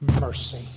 Mercy